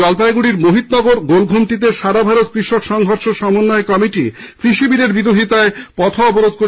জলপাইগুড়ির মোহিতনগর গোল ঘুমটিতে সারা ভারত কৃষক সংঘর্ষ সমন্বয় কমিটি কৃষি বিলের বিরোধিতায় পথ অবরোধ করে